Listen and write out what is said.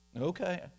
Okay